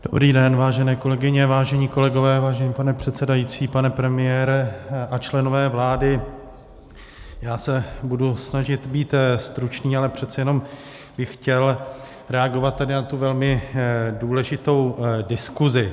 Dobrý den, vážené kolegyně, vážení kolegové, vážený pane předsedající, pane premiére a členové vlády, já se budu snažit být stručný, ale přece jenom bych chtěl reagovat na tu velmi důležitou diskusi.